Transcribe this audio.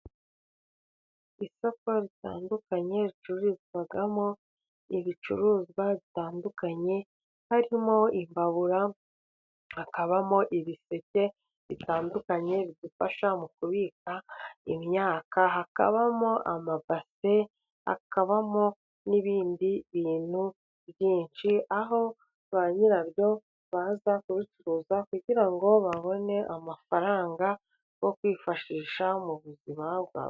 Isoko ritandukanye ricururizwamo ibicuruzwa bitandukanye . Harimo imbabura ,hakabamo ibiseke bitandukanye bidufasha mu kubika imyaka, hakabamo amabase , hakabamo n'ibindi bintu byinshi ,aho ba nyirabyo baza kubicuruza kugira ngo babone amafaranga yo kwifashisha mu buzima bwa....